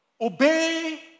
obey